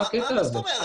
מה זאת אומרת?